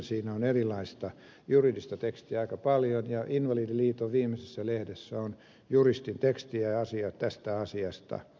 siinä on erilaista juridista tekstiä aika paljon ja invalidiliiton viimeisessä lehdessä on juristin tekstiä ja asiaa tästä asiasta